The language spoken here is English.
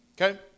okay